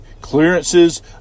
clearances